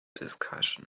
discussion